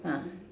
ah